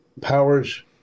powers